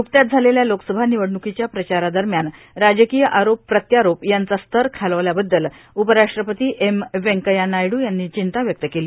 न्रकत्याच झालेल्या लोकसभा र्निवडण्कांच्या प्रचारादरम्यान राजकांय आरोप प्रत्यारोप यांचा स्तर खालावल्याबद्दल उपराष्ट्रपती एम व्यंकय्या नायडू यांनी र्वाचंता व्यक्त केली